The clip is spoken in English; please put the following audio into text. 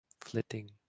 flitting